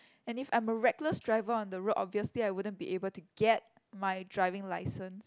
and if I'm a reckless driver on the road obviously I wouldn't be able to get my driving license